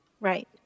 Right